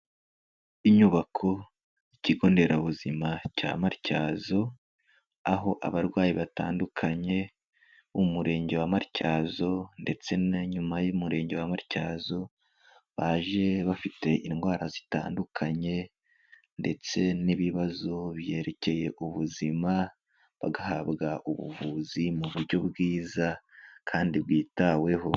Inyubako ikigo nderabuzima cya Matyazo, aho abarwayi batandukanye mu murenge wa Matyazo ndetse n'inyuma y'umurenge wa Matyazo, baje bafite indwara zitandukanye ndetse n'ibibazo byerekeye ubuzima bagahabwa ubuvuzi mu buryo bwiza kandi bwitaweho.